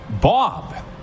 Bob